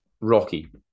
Rocky